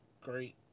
great